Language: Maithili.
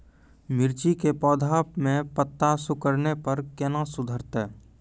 मिर्ची के पौघा मे पत्ता सिकुड़ने पर कैना सुधरतै?